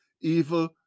evil